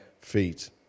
feet